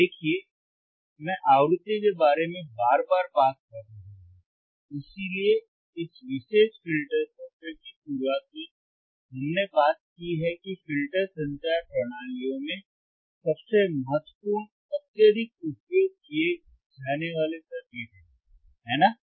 देखिए मैं आवृत्ति के बारे में बार बार बात कर रहा हूं इसीलिए इस विशेष फिल्टर सत्र की शुरुआत में हमने बात की है कि फिल्टर संचार प्रणालियों में सबसे महत्वपूर्ण अत्यधिक उपयोग किए जाने वाले सर्किट हैं है ना